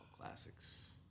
classics